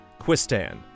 Quistan